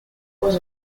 was